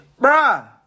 bruh